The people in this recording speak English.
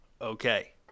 Okay